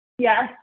Yes